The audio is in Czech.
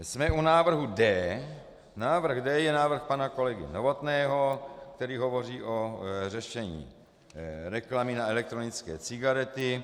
Jsme u návrhu D. Návrh D je návrh pana kolegy Novotného, který hovoří o řešení reklamy na elektronické cigarety.